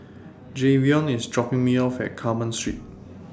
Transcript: Jayvion IS dropping Me off At Carmen Street